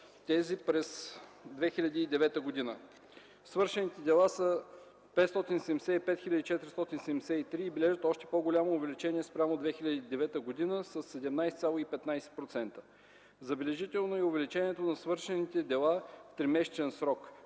тези през 2009 г. Свършените дела са 575 хил. 473 и бележат още по-голямо увеличение спрямо 2009 год. – със 17,15%. Забележително е увеличението на свършените дела в тримесечен срок